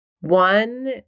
One